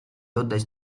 oddać